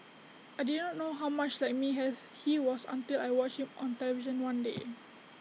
I did not know how much like me has he was until I watched him on television one day